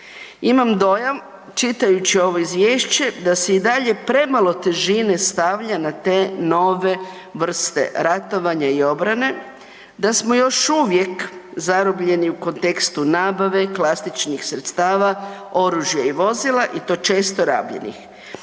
imam dojam, čitajući ovo Izvješće da se i dalje premalo težine stavlja na te nove vrste ratovanja i obrane, da smo još uvijek zarobljeni u kontekstu nabave, klasičnih sredstava, oružja i vozila i to često, rabljenih.